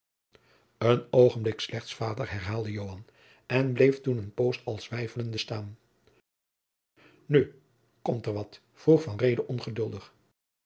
een oogenblik slechts vader herhaalde joan en bleef toen een poos als weifelende staan nu komt er wat vroeg